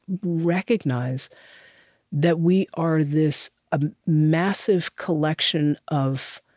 recognize that we are this ah massive collection of